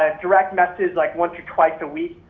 ah direct message like once or twice a week,